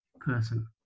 person